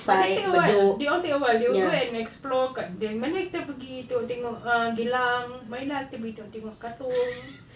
but they take awhile they all take awhile they will go and explore kat mana kita pergi tengok-tengok err geylang mari lah kita boleh tengok katong